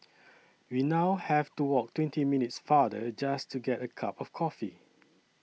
we now have to walk twenty minutes farther just to get a cup of coffee